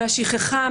מהשכחה,